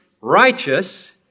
righteous